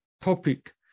topic